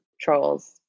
trolls